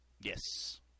Yes